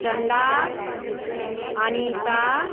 Chanda Anita